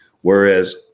Whereas